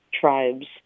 tribes